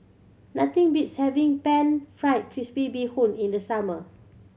nothing beats having Pan Fried Crispy Bee Hoon in the summer